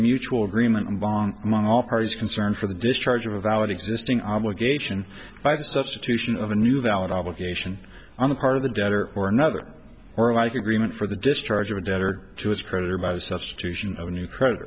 mutual agreement and bonk among all parties concerned for the discharge of a valid existing obligation by the substitution of a new valid obligation on the part of the debtor or another or alike agreement for the discharge of a debtor to his creditor by the substitution of a new credit